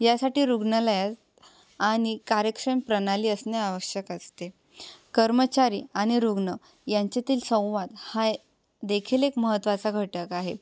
यासाठी रुग्णालयात आणि कार्यक्षम प्रणाली असने आवश्यक असते कर्मचारी आणि रुग्ण यांच्यातील संवाद हा देखील एक महत्त्वाचा घटक आहे